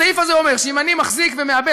הסעיף הזה אומר שאם אני מחזיק ומעבד